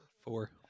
Four